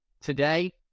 today